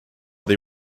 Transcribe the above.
they